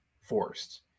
forced